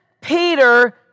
Peter